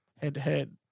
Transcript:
head-to-head